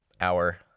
hour